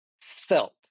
felt